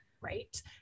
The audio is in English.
Right